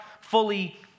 fully